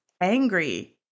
angry